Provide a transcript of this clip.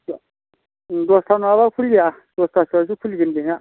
दसथा नङाब्ला खुलिया दसथासोआवसो खुलिगोन बेना